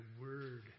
word